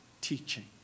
teaching